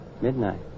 Midnight